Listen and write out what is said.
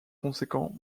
conséquent